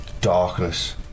darkness